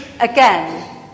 Again